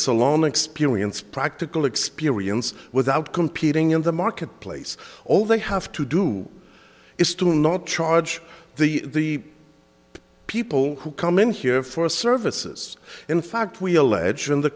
salon experience practical experience without competing in the marketplace all they have to do is to not charge the people who come in here for services in fact we allege in the